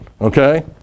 okay